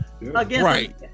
Right